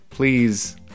please